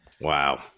Wow